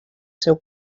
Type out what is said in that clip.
seu